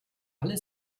alle